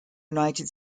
united